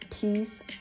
Peace